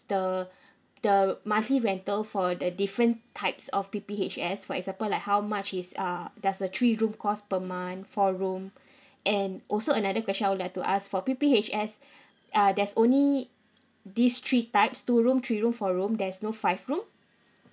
the the monthly rental for the different types of P_P_H_S for example like how much is ah does the three room cost per month four room and also another question I would like to ask for P_P_H_S uh there's only these three types two room three room four room there's no five room